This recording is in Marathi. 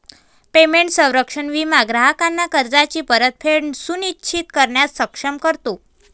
पेमेंट संरक्षण विमा ग्राहकांना कर्जाची परतफेड सुनिश्चित करण्यास सक्षम करतो